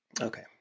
Okay